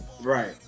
Right